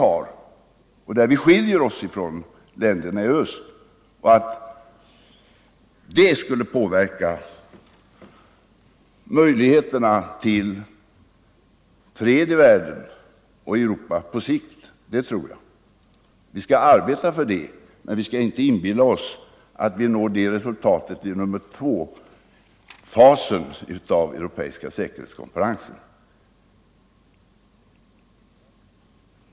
Att det på sikt skulle påverka möjligheterna till fred i Europa och i världen, det tror jag. Vi skall arbeta för det, men vi skall inte inbilla oss att vi uppnår det resultatet genom den andra fasen av den europeiska säkerhetskonferensen.